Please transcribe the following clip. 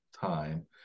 time